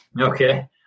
okay